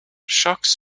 shocks